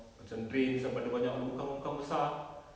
macam drains ada banyak longkang-longkang besar